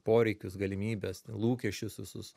poreikius galimybes lūkesčius visus